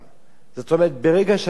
ברגע שאתה אומר,